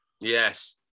yes